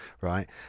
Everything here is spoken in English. right